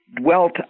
dwelt